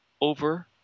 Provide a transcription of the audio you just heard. over